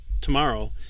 tomorrow